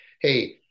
Hey